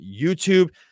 YouTube